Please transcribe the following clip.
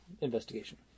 investigation